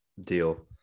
deal